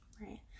Right